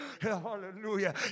hallelujah